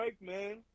man